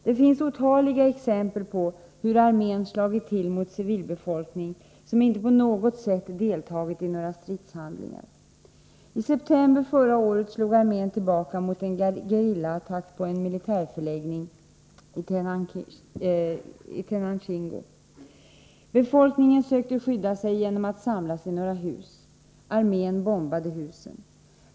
Det finns otaliga exempel på hur armén slagit till mot en civilbefolkning som inte på något sätt deltagit i stridshandlingar. I septemper förra året slog armén tillbaka mot en gerillaattack på en militärförläggning i Tenancingo. Civilbefolkningen sökte skydda sig genom att samlas i några hus. Armén bombade husen.